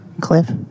Cliff